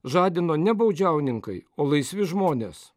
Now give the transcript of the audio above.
žadino ne baudžiauninkai o laisvi žmonės